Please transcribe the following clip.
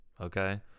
Okay